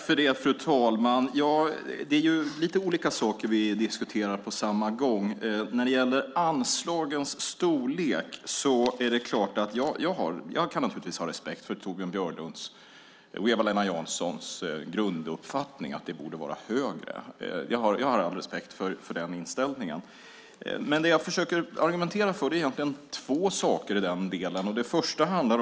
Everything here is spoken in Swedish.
Fru talman! Det är lite olika saker vi diskuterar på samma gång. Först är det frågan om anslagens storlek. Jag kan naturligtvis ha respekt för Torbjörn Björlunds och Eva-Lena Janssons grunduppfattning att anslaget borde vara högre. Jag har all respekt för den inställningen. Jag försöker argumentera för två saker i den delen.